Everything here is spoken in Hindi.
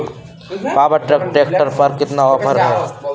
पावर ट्रैक ट्रैक्टर पर कितना ऑफर है?